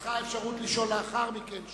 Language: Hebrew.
בידך אפשרות לשאול אחר כך שאלות.